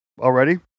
Already